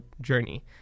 journey